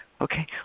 okay